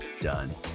done